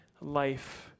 life